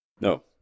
No